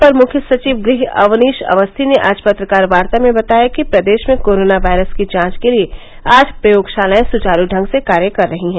अपर मुख्य सचिव गृह अवनीश अवस्थी ने आज पत्रकार वार्ता में बताया कि प्रदेश में कोरोना वायरस की जांच के लिए आठ प्रयोगशालाएं सुचारू ढंग से कार्य कर रही हैं